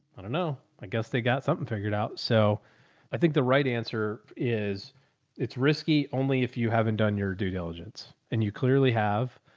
i don't know. i guess they got something figured out. so i think the right answer is it's risky only if you haven't done your due diligence and you clearly have,